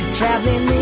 Traveling